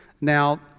Now